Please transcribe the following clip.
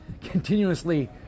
continuously